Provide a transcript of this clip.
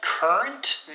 Current